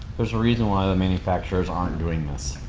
there's a reason why the manufacturers aren't doing this.